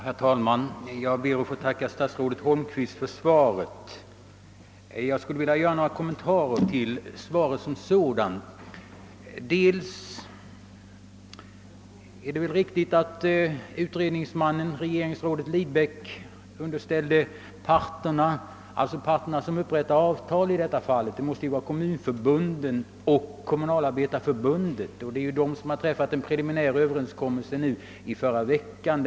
Herr talman! Jag ber att få tacka statsrådet Holmqvist för svaret men också att få göra några kommentarer till detta. De avtalsupprättande parterna är i detta fall kommunförbunden och Kommunalarbetareförbundet, som träffade en preliminär överenskomelse den 13 mars, alltså i förra veckan.